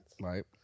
Right